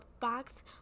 fact